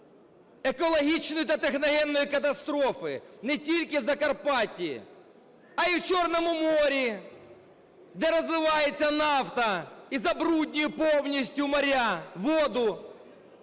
екологічної та техногенної катастрофи не тільки в Закарпатті, а і в Чорному морі, де розливається нафта і забруднює повністю моря, воду,